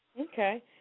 Okay